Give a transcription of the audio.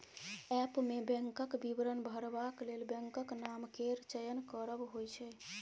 app मे बैंकक विवरण भरबाक लेल बैंकक नाम केर चयन करब होइ छै